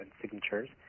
signatures